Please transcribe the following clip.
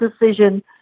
decision